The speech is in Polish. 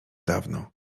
dawno